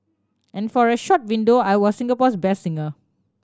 and for a short window I was Singapore's best singer